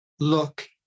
look